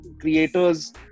creators